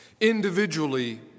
individually